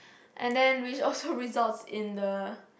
and then which also results in the